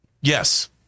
Yes